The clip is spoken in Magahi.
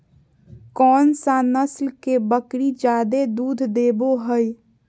कौन सा नस्ल के बकरी जादे दूध देबो हइ?